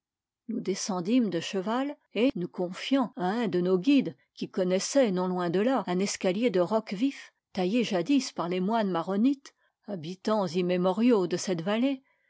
nous descendîmes de cheval et nous confiant à un de nos guides qui connaissait non loin de là un escalier de roc vif taillé jadis par les moines maronites habitans immémoriaux de cette vallée